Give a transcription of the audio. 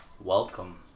Welcome